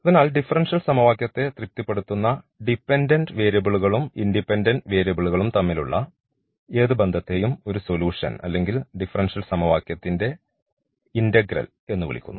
അതിനാൽ ഡിഫറൻഷ്യൽ സമവാക്യത്തെ തൃപ്തിപ്പെടുത്തുന്ന ഡിപെൻഡൻറ് വേരിയബിൾകളും ഇൻഡിപെൻഡൻറ് വേരിയബിൾകളും തമ്മിലുള്ള ഏത് ബന്ധത്തെയും ഒരു സൊലൂഷൻ അല്ലെങ്കിൽ ഡിഫറൻഷ്യൽ സമവാക്യത്തിന്റെ ഇന്റഗ്രൽ എന്നു വിളിക്കുന്നു